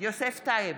יוסף טייב,